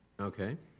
okay.